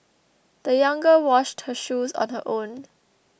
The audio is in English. the young girl washed her shoes on her own